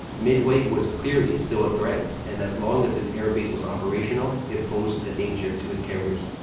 midway was clearly still a threat and as long as his airbase was operational, it posed a danger to his carriers.